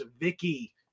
Vicky